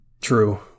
True